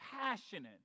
passionate